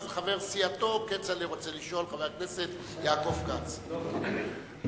חבר סיעתו, חבר הכנסת יעקב כץ, רוצה לשאול.